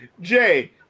Jay